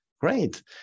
Great